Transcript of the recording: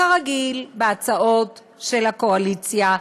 כרגיל בהצעות של האופוזיציה,